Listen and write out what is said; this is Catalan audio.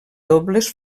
dobles